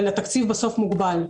אבל התקציב בסוף מוגבל,